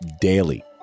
daily